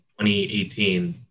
2018